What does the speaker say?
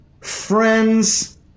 friends